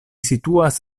situas